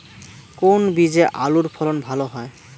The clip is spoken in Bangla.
কোন বীজে আলুর ফলন ভালো হয়?